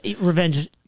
Revenge